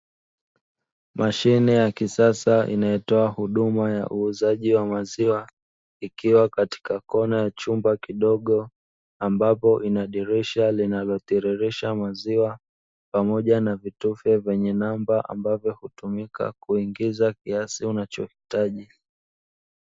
Mashine ya kisasa inayotoa huduma ya uuzaji wa maziwa ikiwa katika kona ya chumba kidogo, ambapo ina dirisha linalotiririsha maziwa pamoja na vitufe vyenye namba ambavyo hutumika kuingiza kiasi unachohitaji.